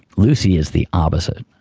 lucy is the opposite.